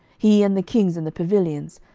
he and the kings in the pavilions,